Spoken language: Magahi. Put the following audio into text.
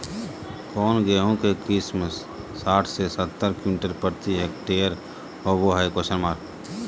कौन गेंहू के किस्म साठ से सत्तर क्विंटल प्रति हेक्टेयर होबो हाय?